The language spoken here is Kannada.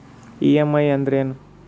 ಇ.ಎಂ.ಐ ಅಂದ್ರೇನು?